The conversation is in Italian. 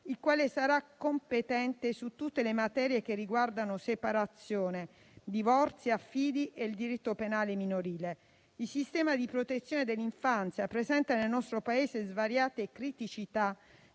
il quale sarà competente su tutte le materie che riguardano separazione, divorzio, affido e diritto penale minorile. Il sistema di protezione dell'infanzia presenta nel nostro Paese svariate criticità